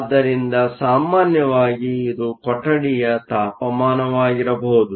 ಆದ್ದರಿಂದ ಸಾಮಾನ್ಯವಾಗಿ ಇದು ಕೊಠಡಿಯ ತಾಪಮಾನವಾಗಿರಬಹುದು